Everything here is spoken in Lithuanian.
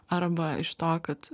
arba iš to kad